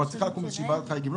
אבל צריכה לקום איזו ועדת חריגים.